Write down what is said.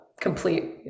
complete